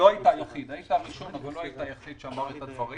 היית הראשון אבל לא היית היחיד שאמר את הדברים.